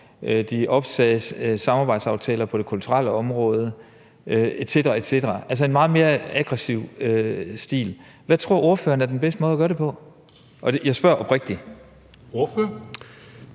de opsagde samarbejdsaftaler på det kulturelle område etc. etc. – altså en meget mere aggressiv stil. Hvad tror ordføreren er den bedste måde at gøre det på? Og jeg spørger oprigtigt. Kl.